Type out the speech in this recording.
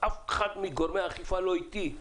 אף אחד מגורמי האכיפה לא איתי.